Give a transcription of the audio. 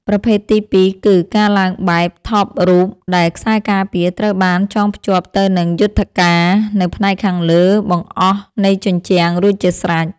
ប្រភេទទីពីរគឺ ការឡើងបែប ថបរ៉ូប ដែលខ្សែការពារត្រូវបានចងភ្ជាប់ទៅនឹងយុថ្ការនៅផ្នែកខាងលើបង្អស់នៃជញ្ជាំងរួចជាស្រេច។